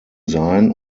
sein